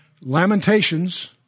Lamentations